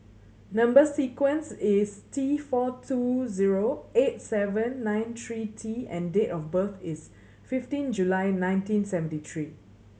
number sequence is T four two zero eight seven nine three T and date of birth is fifteen July nineteen seventy three